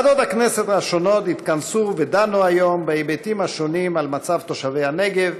ועדות הכנסת התכנסו ודנו היום בהיבטים השונים של מצב תושבי הנגב